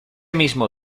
mismo